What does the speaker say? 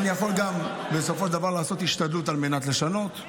אני יכול גם בסופו של דבר לעשות השתדלות על מנת לשנות,